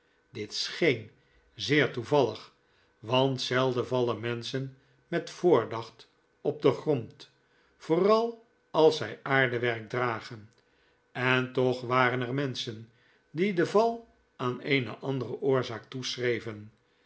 dit scheen zeer toevallig want zelden vallen menschen met voordacht op den grond vooral als zij aardewerk dragen en toch waren er menschen die den val aan eene andere oorzaak